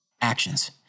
Actions